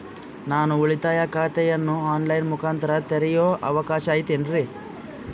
ನಾನು ಉಳಿತಾಯ ಖಾತೆಯನ್ನು ಆನ್ ಲೈನ್ ಮುಖಾಂತರ ತೆರಿಯೋ ಅವಕಾಶ ಐತೇನ್ರಿ?